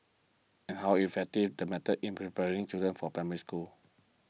and how effective the methods in preparing children for Primary School